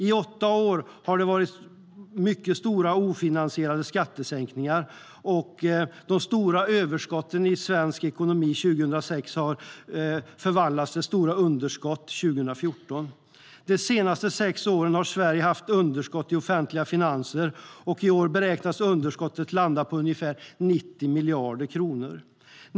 I åtta år har det varit mycket stora ofinansierade skattesänkningar, och de stora överskotten i svensk ekonomi 2006 har förvandlats till stora underskott 2014. De senaste sex åren har Sverige haft underskott i de offentliga finanserna, och i år beräknas underskottet landa på ungefär 90 miljarder kronor.